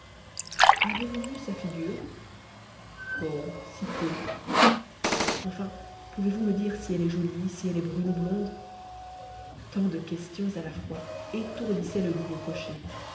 avez-vous vu sa figure oh si peu enfin pouvez-vous me dire si elle est jolie si elle est brune ou blonde tant de questions à la fois étourdissaient le digne cocher